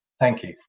thank you.